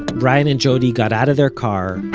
brian and jody got out of their car,